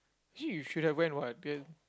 actually you should have went what